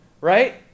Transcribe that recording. Right